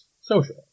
social